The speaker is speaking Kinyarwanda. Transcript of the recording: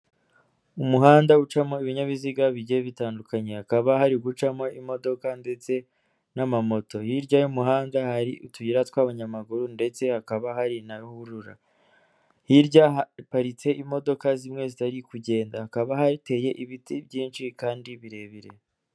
Umuhanda ucamo ibinyabiziga bigiye bitandukanye hakaba hari gucamo imodoka ndetse n'amamoto, hirya y'umuhanda hari utuyira tw'abanyamaguru ndetse hakaba hari nahurura hirya haparitse imodoka zimwe zitari kugenda hakaba hateye ibiti byinshi kandi birebire.